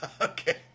Okay